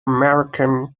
american